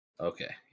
Okay